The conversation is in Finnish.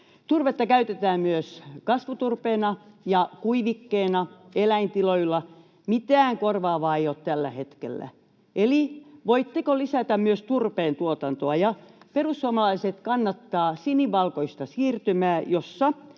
Turvetta käytetään myös kasvuturpeena ja kuivikkeena eläintiloilla. Mitään korvaavaa ei ole tällä hetkellä. Eli voitteko lisätä myös turpeen tuotantoa? Perussuomalaiset kannattavat sinivalkoista siirtymää,